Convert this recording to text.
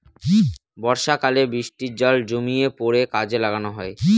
বর্ষাকালে বৃষ্টির জল জমিয়ে পরে কাজে লাগানো হয়